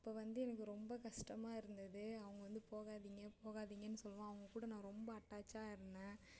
அப்போது வந்து எனக்கு ரொம்ப கஷ்டமா இருந்தது அவங்க வந்து போகாதீங்க போகாதீங்கன்னு சொல்லுவோம் அவங்க கூட நான் ரொம்ப அட்டாச்சாக இருந்தேன்